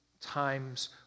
times